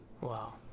Wow